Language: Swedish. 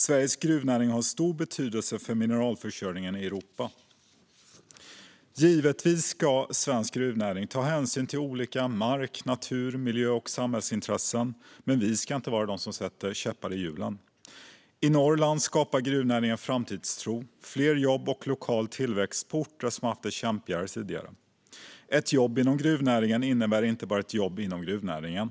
Sveriges gruvnäring har stor betydelse för mineralförsörjningen i Europa. Givetvis ska svensk gruvnäring ta hänsyn till olika mark, natur, miljö och samhällsintressen, men vi ska inte vara de som sätter käppar i hjulen. I Norrland skapar gruvnäringen framtidstro, fler jobb och lokal tillväxt på orter som tidigare haft det kämpigt. Ett jobb inom gruvnäringen innebär inte bara ett jobb inom gruvnäringen.